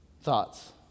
thoughts